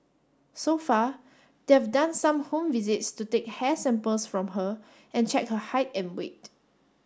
so far they've done some home visits to take hair samples from her and check her height and weight